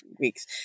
weeks